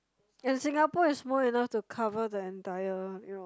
in Singapore it's more than enough to cover the entire you know